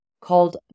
called